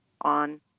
on